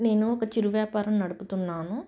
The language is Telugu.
నేను ఒక చిరు వ్యాపారం నడుపుతున్నాను